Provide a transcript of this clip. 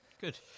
Good